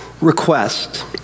request